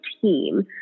team